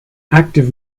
active